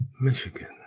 Michigan